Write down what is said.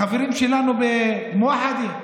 החברים שלנו (אומר בערבית: ברשימה המאוחדת,)